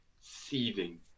seething